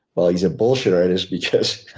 well, he's a bullshit artist because